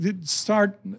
start